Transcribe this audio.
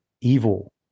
evil